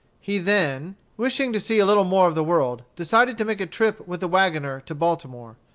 he then, wishing to see a little more of the world, decided to make a trip with the wagoner to baltimore.